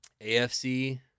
AFC